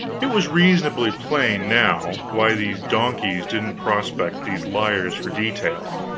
it was reasonably plain, now, why these donkeys didn't prospect these liars for details.